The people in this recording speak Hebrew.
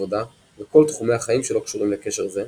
עבודה וכל תחומי החיים שלא קשורים לקשר זה,